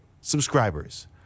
subscribers